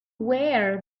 where